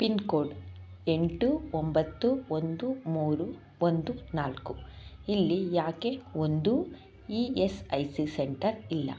pin code ಎಂಟು ಒಂಬತ್ತು ಒಂದು ಮೂರು ಒಂದು ನಾಲ್ಕು ಇಲ್ಲಿ ಯಾಕೆ ಒಂದು E S I C centre ಇಲ್ಲ